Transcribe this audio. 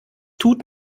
tut